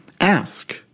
Ask